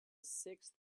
sixth